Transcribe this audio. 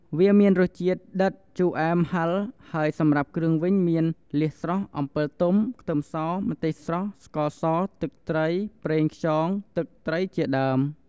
វាមានរសជាតិដិត ជូអែម ហិល ហើយសម្រាប់គ្រឿងវិញមាន លៀសស្រស់ អំពិលទុំ ខ្ទឹមស ម្ទេសស្រស់ ស្ករស ទឹកត្រី ប្រេងខ្យង ទឹកត្រីជាដើម។